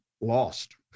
lost